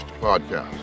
podcast